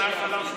זה היה חלש מאוד.